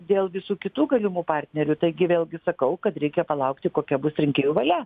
dėl visų kitų galimų partnerių taigi vėlgi sakau kad reikia palaukti kokia bus rinkėjų valia